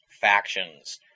factions